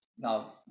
Now